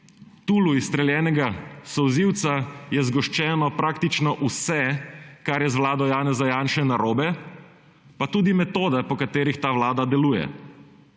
tulu izstreljenega solzivca je zgoščeno praktično vse, kar je v z vlado Janeza Janše narobe. Pa tudi metode, po katerih ta vlada deluje.